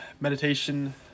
meditation